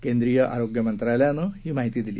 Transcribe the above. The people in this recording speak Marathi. केंद्रीय आरोग्य मंत्रालयानं ही माहिती दिली